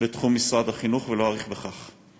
לתחום משרד החינוך, ולא אאריך בכך.